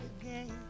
again